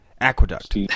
Aqueduct